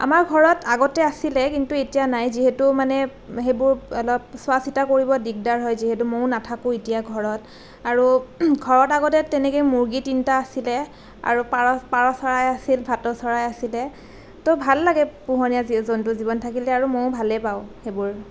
আমাৰ ঘৰত আগতে আছিলে কিন্তু এতিয়া নাই যিহেতু মানে সেইবোৰ অলপ চোৱা চিতা কৰিবলৈ দিগদাৰ হয় যিহেতু মইও নাথাকোঁ এতিয়া ঘৰত আৰু ঘৰত আগতে তেনেকৈ মুৰ্গী তিনিটা আছিলে আৰু পা পাৰ চৰাই আছিল ভাটৌ চৰাই আছিলে তো ভাল লাগে পোহনীয়া জীৱ জন্তু ঘৰত থাকিলে আৰু মইও ভালে পাওঁ সেইবোৰ